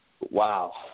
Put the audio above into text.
Wow